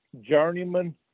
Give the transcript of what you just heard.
journeyman